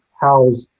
house